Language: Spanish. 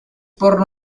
porno